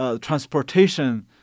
transportation